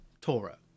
Torah